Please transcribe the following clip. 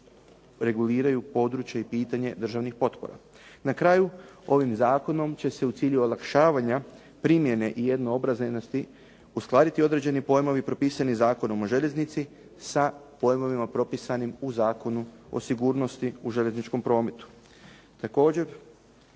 reguliraju područje i pitanje državnih potpora. Na kraju, ovim zakonom će se u cilju olakšavanja primjene i jednoobraznosti uskladiti određeni pojmovi propisani Zakonom o željeznici sa pojmovima propisanim u Zakonu o sigurnosti u željezničkom prometu.